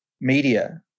media